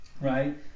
Right